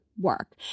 work